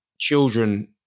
children